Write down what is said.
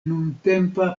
nuntempa